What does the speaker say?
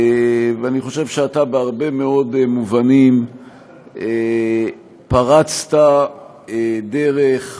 אני חושב שאתה בהרבה מאוד מובנים פרצת דרך,